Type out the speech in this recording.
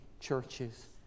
churches